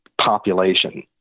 population